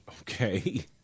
okay